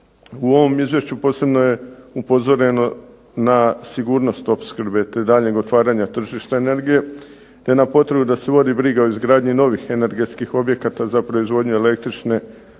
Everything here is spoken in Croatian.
U ovom izvješću posebno je upozoreno na sigurnost opskrbe te daljnjeg otvaranja tržišne energije te na potrebu da se vodi briga o izgradnji novih energetskih objekata za proizvodnju električne